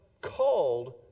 called